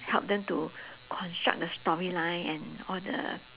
help them to construct the storyline and all the